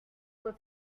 fue